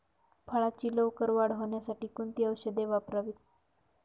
फळाची लवकर वाढ होण्यासाठी कोणती औषधे वापरावीत?